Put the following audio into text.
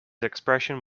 expression